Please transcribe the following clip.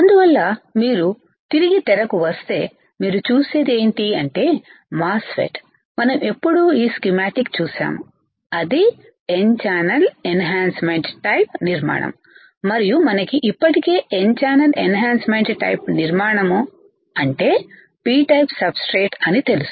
అందువల్ల మీరు తిరిగి తెర కు వస్తే మీరు చూసేది ఏంటి అంటేమాస్ ఫెట్ మనము ఎప్పుడో ఈ స్కీమాటిక్ చూసాము అది n ఛానల్ ఎన్హాన్సమెంట్ టైపు నిర్మాణం మరియు మనకి ఇప్పటికే n ఛానల్ ఎన్హాన్సమెంట్ టైపు నిర్మాణం అంటే P టైపు సబ్ స్ట్రేట్ అని తెలుసు